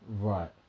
right